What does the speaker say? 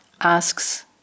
asks